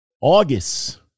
August